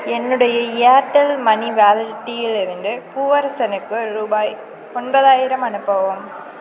என்னுடைய Airtel money வாலட்டிலிருந்து பூவரசனுக்கு ரூபாய் ஒன்பதாயிரம் அனுப்பவும்